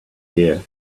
here